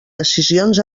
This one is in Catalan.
decisions